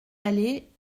aller